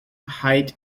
height